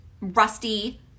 rusty